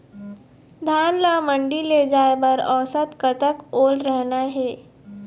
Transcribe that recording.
धान ला मंडी ले जाय बर औसत कतक ओल रहना हे?